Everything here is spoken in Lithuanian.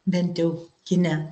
bent jau kine